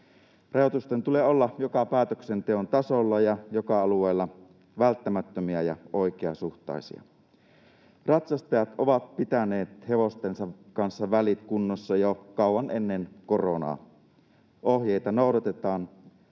Rajoitusten tulee olla joka päätöksenteon tasolla ja joka alueella välttämättömiä ja oikeasuhtaisia. Ratsastajat ovat pitäneet hevostensa kanssa välit kunnossa jo kauan ennen koronaa. Ohjeita noudatetaan.